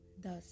Thus